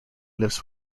lives